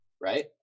Right